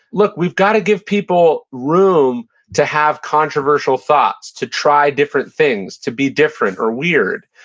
look, we've got to give people room to have controversial thoughts, to try different things, to be different or weird.